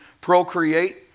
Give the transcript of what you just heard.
procreate